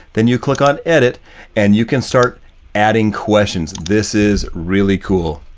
then you click on edit and you can start adding questions. this is really cool.